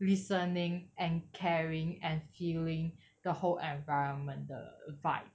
listening and caring and feeling the whole environment 的 vibe